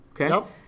Okay